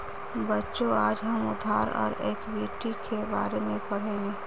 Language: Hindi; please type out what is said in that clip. बच्चों आज हम उधार और इक्विटी के बारे में पढ़ेंगे